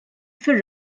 fir